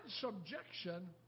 subjection